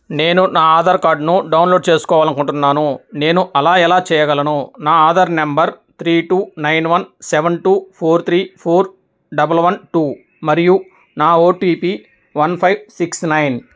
నేను నా ఆధార్ కార్డ్ను డౌన్లోడ్ చేసుకోవాలని అనుకుంటున్నాను నేను అలా ఎలా చెయ్యగలను నా Aadhaar number three two nine one seven two four three four double one two మరియు నా OTP one five six nine